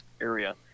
area